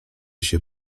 się